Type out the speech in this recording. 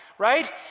right